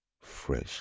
fresh